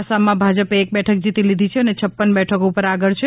આસામમાં ભાજપે એક બેઠક જીતી લીધી છે ી ને પડ બેઠકો ઉપર આગળ છે